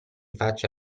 faccia